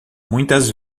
muitas